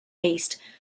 east